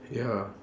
ya